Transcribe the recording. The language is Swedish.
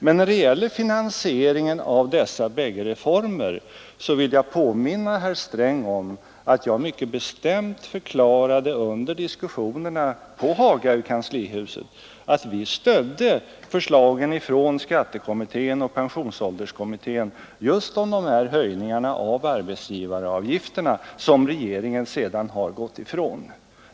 Men när det gäller finansieringen av dessa bägge reformer vill jag påminna herr Sträng om att jag mycket bestämt förklarade under diskussionerna på Haga och i kanslihuset, att vi stödde förslagen från skatteutredningen och pensionsålderskommittén just när det gäller höjningarna av arbetsgivaravgifterna, förslag som regeringen sedan gått ifrån.